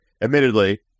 admittedly